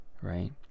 right